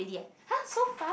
!huh! so fast